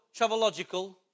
travelogical